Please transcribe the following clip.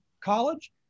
college